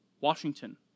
Washington